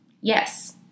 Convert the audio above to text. Yes